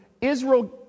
Israel